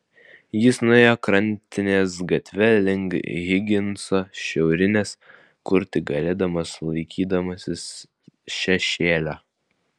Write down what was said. jis nuėjo krantinės gatve link higinso šiaurinės kur tik galėdamas laikydamasis šešėlio